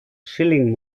schilling